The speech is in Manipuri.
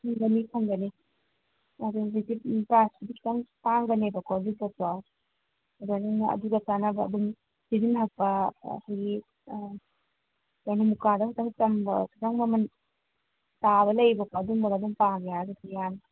ꯐꯪꯒꯅꯤ ꯐꯪꯒꯅꯤ ꯑꯗꯨꯝ ꯍꯧꯖꯤꯛ ꯄ꯭ꯔꯥꯏꯁꯄꯨꯗꯤ ꯈꯤꯇꯪ ꯇꯥꯡꯒꯅꯦꯕꯀꯣ ꯑꯗꯨꯏ ꯑꯗꯨꯒ ꯆꯥꯅꯕ ꯑꯗꯨꯝ ꯁꯤꯖꯤꯟꯅꯕ ꯑꯩꯈꯣꯏꯒꯤ ꯀꯩꯅꯣ ꯃꯨꯀꯥꯗ ꯈꯤꯇꯪ ꯆꯝꯕ ꯈꯤꯇꯪ ꯃꯃꯜ ꯇꯥꯕ ꯂꯩꯌꯦꯕꯀꯣ ꯑꯗꯨꯝꯕꯒ ꯑꯗꯨꯝ ꯄꯥꯒꯦ ꯍꯥꯏꯔꯒꯁꯨ ꯌꯥꯅꯤ